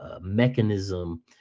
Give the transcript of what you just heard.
mechanism